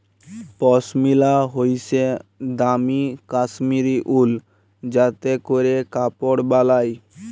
পশমিলা হইসে দামি কাশ্মীরি উল যাতে ক্যরে কাপড় বালায়